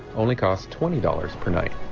only costs twenty dollars per night